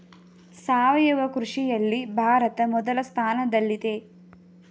ಸಾವಯವ ಕೃಷಿಯಲ್ಲಿ ಭಾರತ ಮೊದಲ ಸ್ಥಾನದಲ್ಲಿದೆ